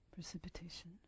Precipitation